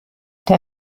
der